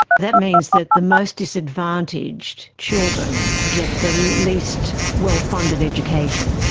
that means that the most disadvantaged children get the least well-funded education.